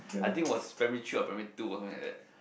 I think was primary three or primary two like that